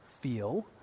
feel